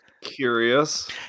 curious